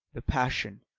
the passion,